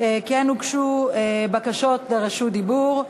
כן הוגשו בקשות לרשות דיבור.